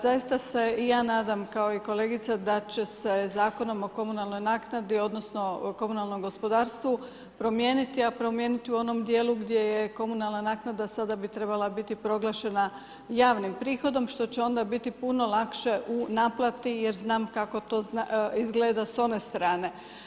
Zaista se i ja nadam, kao i kolegica, da će se Zakonom o komunalnoj naknadi, odnosno o komunalnom gospodarstvu promijeniti, a promijeniti u onom djelu gdje je komunalna naknada, sada bi trebala biti proglašena javnim prihodom , što će onda biti puno lakše u naplati, jer znam kako to izgleda s one strane.